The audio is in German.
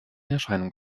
erscheinung